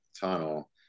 tunnel